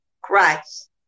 Christ